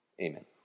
Amen